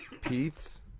Pete's